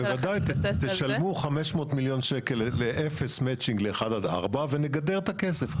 תשלמו 500 מיליון שקלים לאפס מצ'ינג ל-1-4 ונגדר את הכסף,